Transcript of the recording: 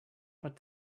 but